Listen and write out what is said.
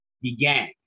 began